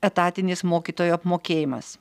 etatinis mokytojų apmokėjimas